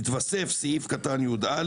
יתווסף סעיף קטן (יא)